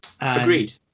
Agreed